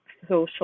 social